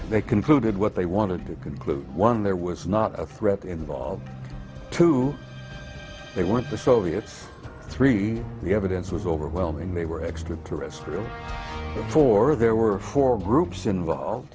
they concluded what they want to conclude one there was not a threat involved two they want the soviets three the evidence was overwhelming they were extraterrestrial for there were four groups involved